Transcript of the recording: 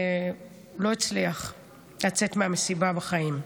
לא הצליח לצאת מהמסיבה בחיים.